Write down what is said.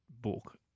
book